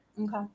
Okay